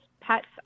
pets